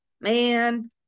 man